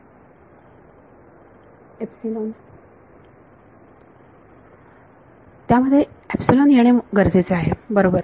विद्यार्थी एपसिलोन त्यामध्ये येणे गरजेचे आहे बरोबर